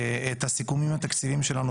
את הסיכומים התקציביים שלנו